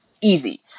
Easy